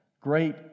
great